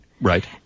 Right